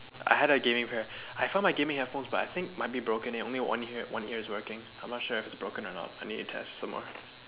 I had a gaming pair I found my gaming headphones but I think might be broken eh only one ear is working I am not sure whether it is broken or not I need to test some more